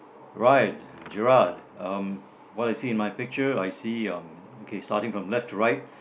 right Gerand um what do you see in my picture I see um okay starting from left to right